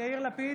יאיר לפיד,